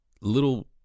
little